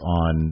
on